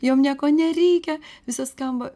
jom nieko nereikia visi skamba